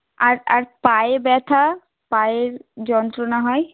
আর আর পায়ে ব্যাথা পায়ের যন্ত্রণা হয়